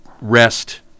rest